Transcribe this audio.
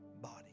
body